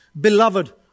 Beloved